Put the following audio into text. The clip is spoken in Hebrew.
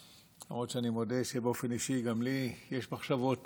למרות שאני מודה שבאופן אישי גם לי יש מחשבות